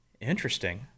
Interesting